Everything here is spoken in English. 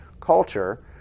culture